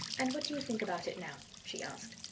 and what do you think about it now? she asked.